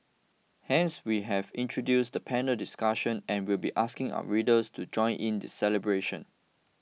hence we have introduced the panel discussion and we'll be asking our readers to join in the celebration